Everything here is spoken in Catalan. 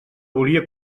volia